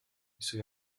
suoi